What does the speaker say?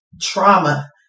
trauma